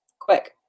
Quick